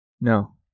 No